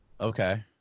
okay